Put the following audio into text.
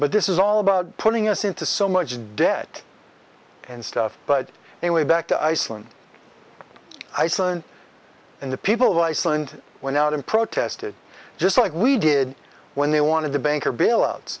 but this is all about putting us into so much debt and stuff but they way back to iceland iceland and the people of iceland went out and protested just like we did when they wanted the banker bailout